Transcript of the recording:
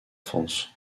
france